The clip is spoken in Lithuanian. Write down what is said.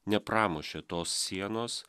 nepramušė tos sienos